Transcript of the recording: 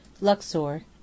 Luxor